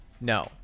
No